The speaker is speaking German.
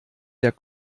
der